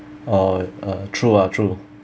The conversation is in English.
oh uh true ah true